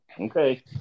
Okay